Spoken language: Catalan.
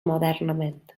modernament